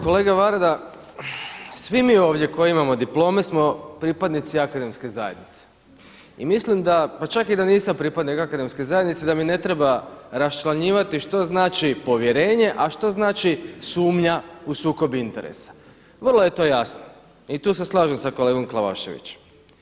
Kolega VArda, svi mi ovdje koji imamo diplome smo pripadnici akademske zajednice i mislim da pa čak i da nisam pripadnik akademske zajednice da mi ne treba raščlanjivati što znači povjerenje, a što znači sumnja u sukob interesa, vrlo je to jasno i tu se slažem sa kolegom Glavaševićem.